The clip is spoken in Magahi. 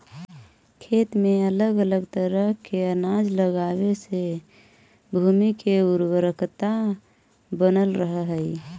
खेत में अलग अलग तरह के अनाज लगावे से भूमि के उर्वरकता बनल रहऽ हइ